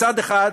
מצד אחד,